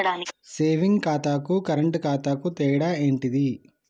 Saving ఖాతాకు current ఖాతాకు తేడా ఏంటిది?